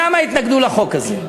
למה התנגדו לחוק הזה.